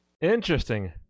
Interesting